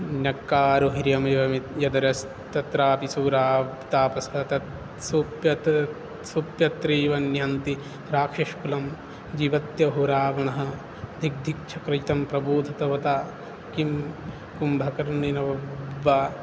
न्यक्कारो ह्ययमेव मे यदरयस्तत्राप्यसौ तापसः सोऽप्यत्रैव निहन्ति राक्षसकुलं जीवत्यहो रावणः धिग्धिक्छक्रजितं प्रबोधितवता किं कुम्भकर्णेन वा